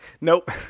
Nope